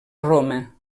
roma